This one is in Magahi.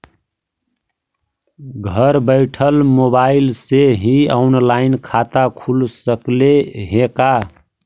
घर बैठल मोबाईल से ही औनलाइन खाता खुल सकले हे का?